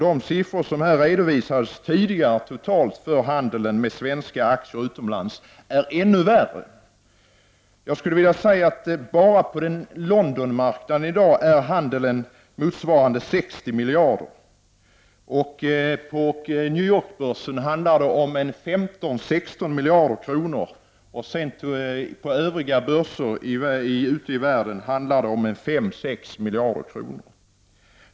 De siffror som redovisades tidigare, totalt för handeln med svenska aktier utomlands, är nu ännu värre. Jag skulle vilja säga att bara handeln på Londonmarknaden i dag motsvarar 60 miljarder. På New York-börsen handlar det om 15—16 miljarder kronor. På övriga börser ute i världen handlar det om 5—6 miljarder kronor.